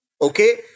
Okay